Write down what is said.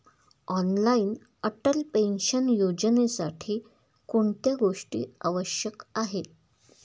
Online Atal pension योजनेसाठी कोणत्या गोष्टी आवश्यक आहेत?